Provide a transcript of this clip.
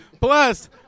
plus